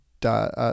dot